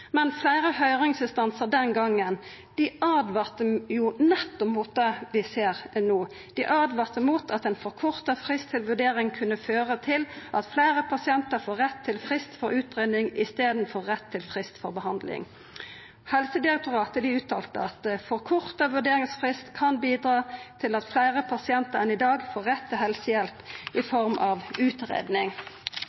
Men fleire høyringsinstansar den gongen åtvara nettopp mot det vi ser no. Dei åtvara mot at ein forkorta frist for vurdering kunne føra til at fleire pasientar får rett til frist for utgreiing i staden for rett til frist for behandling. Helsedirektoratet uttalte: «Forkortet vurderingstid kan bidra til at flere pasienter enn i dag får rett til helsehjelp i